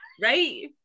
right